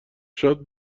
شاد